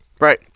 Right